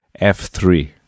F3